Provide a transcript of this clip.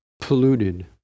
polluted